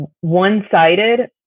one-sided